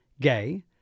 gay